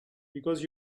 because